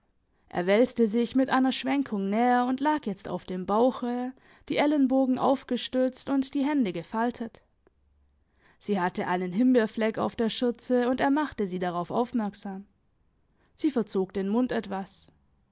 er wälzte sich mit einer schwenkung näher und lag jetzt auf dem bauche die ellenbogen aufgestützt und die hände gefaltet sie hatte einen himbeerfleck auf der schürze und er machte sie darauf aufmerksam sie verzog den mund etwas